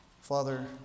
Father